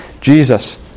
Jesus